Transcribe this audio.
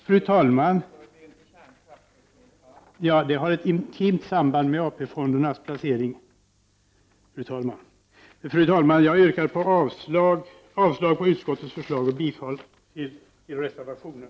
Fru talman! Den hör intimt samman med frågan om AP-fondernas placeringar! Fru talman! Jag yrkar avslag på utskottets hemställan och bifall till reservationen.